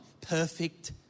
perfect